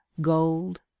gold